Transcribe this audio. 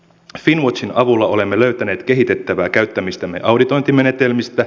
finnwatchin avulla olemme löytäneet kehitettävää käyttämistämme auditointimenetelmistä